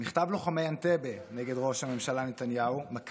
מכתב לוחמי אנטבה נגד ראש הממשלה נתניהו: